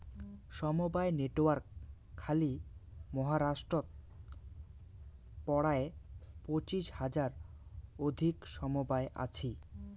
সমবায় নেটওয়ার্ক খালি মহারাষ্ট্রত পরায় পঁচিশ হাজার অধিক সমবায় আছি